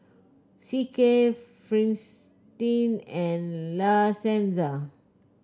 C K Fristine and La Senza